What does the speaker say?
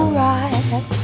right